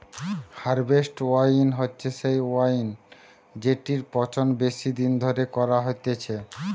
harvest ওয়াইন হচ্ছে সেই ওয়াইন জেটির পচন বেশি দিন ধরে করা হতিছে